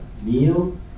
meal